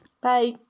Bye